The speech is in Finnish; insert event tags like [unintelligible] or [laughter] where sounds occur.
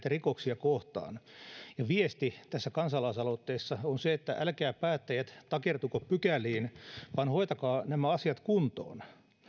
[unintelligible] rikoksia kohtaan on täynnä ja viesti tässä kansalaisaloitteessa on se että älkää päättäjät takertuko pykäliin vaan hoitakaa nämä asiat kuntoon